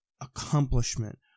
accomplishment